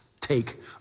take